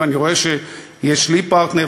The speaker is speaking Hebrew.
ואני רואה שיש לי פרטנר,